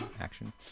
action